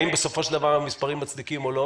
האם בסופו של דבר המספרים מצדיקים או לא.